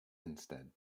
instead